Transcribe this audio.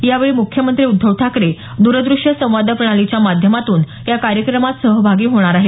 यावेळी मुख्यमंत्री उद्धव ठाकरे दूरदृष्य संवाद प्रणालीच्या माध्यमातून या कार्यक्रमात सहभागी होणार आहेत